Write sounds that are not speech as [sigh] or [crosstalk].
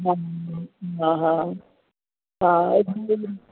हा हा हा [unintelligible]